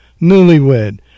newlywed